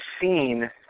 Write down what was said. seen